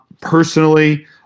Personally